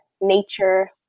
nature